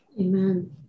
Amen